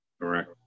Correct